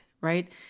right